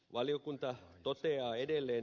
valiokunta toteaa edelleen